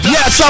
Yes